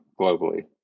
globally